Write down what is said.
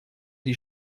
die